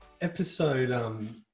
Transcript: Episode